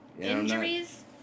Injuries